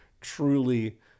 truly